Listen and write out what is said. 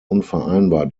unvereinbar